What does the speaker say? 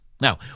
Now